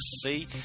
see